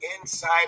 inside